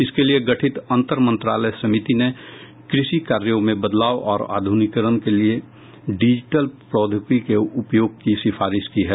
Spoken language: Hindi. इसके लिए गठित अंतरमंत्रालय समिति ने कृषि कार्यों में बदलाव और आध्रनिकीकरण के लिए डिजिटल प्रौद्योगिकी के उपयोग की सिफारिश की है